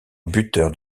buteur